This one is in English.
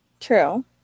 True